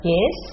Yes